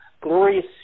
glorious